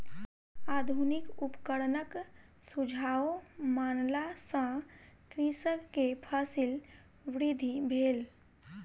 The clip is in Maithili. आधुनिक उपकरणक सुझाव मानला सॅ कृषक के फसील वृद्धि भेल